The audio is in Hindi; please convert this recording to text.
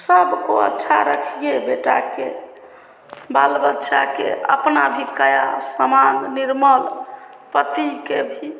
सबको अच्छा रखिए बेटा को बाल बच्चा को अपना भी काया समान्ग निर्मल पति को भी